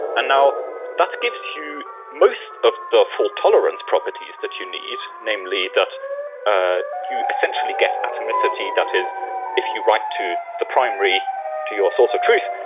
ah now, that gives you most of the full tolerance properties that you need, namely that ah you essentially get atomicity that is if you write to the primary to your source of truth,